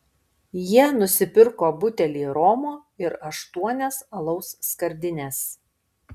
jie nusipirko butelį romo ir aštuonias alaus skardines